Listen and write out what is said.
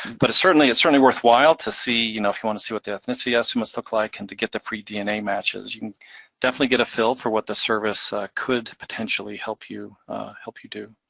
but certainly, it's certainly worthwhile to see, you know if you wanna see what the ethnicity estimates look like, and to get the free dna matches. you can definitely get a feel for what the service could potentially help you help you do.